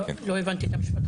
לא הבנתי את המשפט.